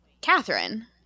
Catherine